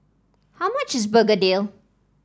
how much is Begedil